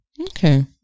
Okay